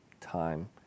Time